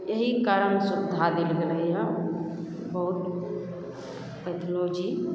एहि कारण सुविधा देल गेलै यऽ बहुत पैथोलॉजी